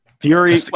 fury